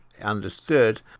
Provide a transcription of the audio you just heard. understood